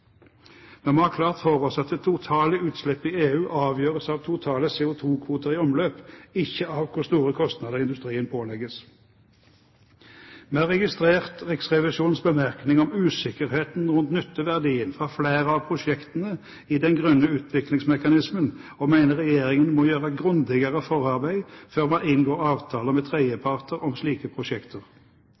Vi må ha klart for oss at det totale utslippet i EU avgjøres av totale CO2-kvoter i omløp, ikke av hvor store kostnader industrien pålegges. Vi har registrert Riksrevisjonens bemerkning om usikkerheten rundt nytteverdien av flere av prosjektene i den grønne utviklingsmekanismen og mener regjeringen må gjøre grundigere forarbeid før man inngår avtaler med tredjeparter om slike prosjekter.